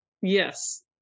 Yes